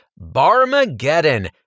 Barmageddon